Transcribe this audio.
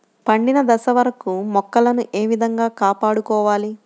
పండిన దశ వరకు మొక్కలను ఏ విధంగా కాపాడుకోవాలి?